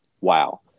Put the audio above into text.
Wow